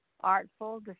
artful